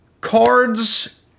cards